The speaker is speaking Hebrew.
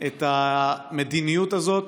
את המדיניות הזאת,